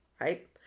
right